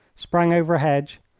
sprang over a hedge,